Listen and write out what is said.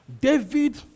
David